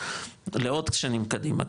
לעוד שנים קדימה,